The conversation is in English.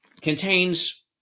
contains